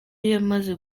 yamaze